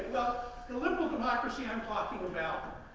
the liberal democracy i'm talking about